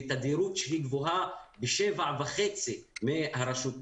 בתדירות שהיא גבוהה ב-7.5 מהרשות בטמרה.